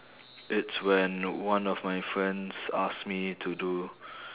it's when one of my friends ask me to do